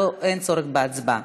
אין צורך בהצבעה.